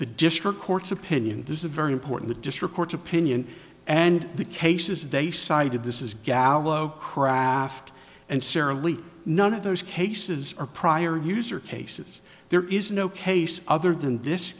the district court's opinion this is a very important district court's opinion and the cases they cited this is gallo craft and sara lee none of those cases are prior user cases there is no case other than this